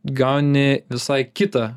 gauni visai kitą